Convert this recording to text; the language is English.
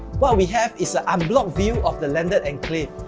what we have is an unblocked view of the landed enclave,